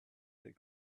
that